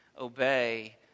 obey